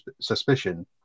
suspicion